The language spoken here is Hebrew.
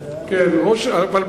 אני